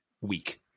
week